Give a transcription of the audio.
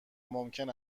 ممکن